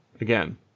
Again